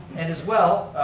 and as well,